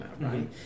right